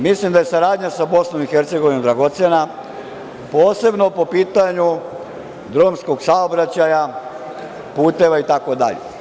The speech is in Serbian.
Mislim da je saradnja sa Bosnom i Hercegovinom dragocena, posebno po pitanju drumskog saobraćaja, puteva, itd.